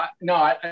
no